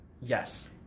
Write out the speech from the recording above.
Yes